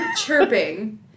...chirping